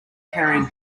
carrying